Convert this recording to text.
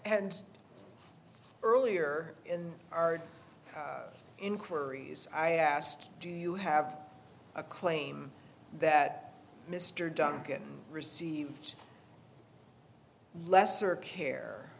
and earlier in our inquiries i asked do you have a claim that mr duncan received lesser care